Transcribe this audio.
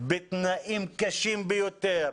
בתנאים קשים ביותר,